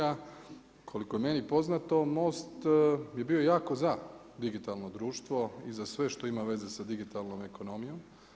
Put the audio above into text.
A koliko je meni poznato MOST je bio jako za digitalno društvo i za sve što ima veze sa digitalnom ekonomijom.